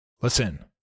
Listen